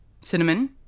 Cinnamon